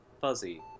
fuzzy